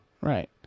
Right